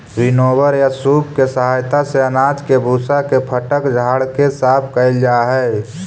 winnower या सूप के सहायता से अनाज के भूसा के फटक झाड़ के साफ कैल जा हई